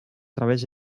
través